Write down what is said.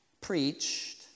preached